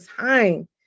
time